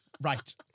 Right